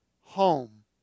home